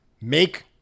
make